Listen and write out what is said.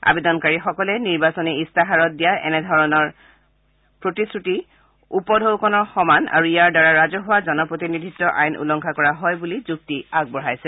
আবেদনকাৰীসকলে নিৰ্বাচনী ইস্তাহাৰত দিয়া এনে ধৰণৰ প্ৰতিশ্ৰুতি উপটোকনৰ সমান আৰু ইয়াৰ দ্বাৰা ৰাজহুৱা জন প্ৰতিনিধিত্ব আইন উলংঘা কৰা হয় বুলি যুক্তি আগবঢ়াইছে